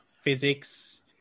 physics